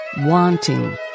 Wanting